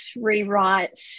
rewrite